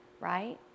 right